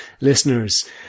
listeners